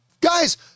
Guys